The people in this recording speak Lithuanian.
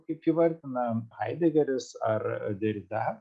kaip įvardina haidegeris ar derida